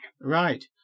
Right